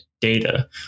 data